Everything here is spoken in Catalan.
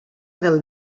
del